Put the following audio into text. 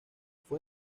fue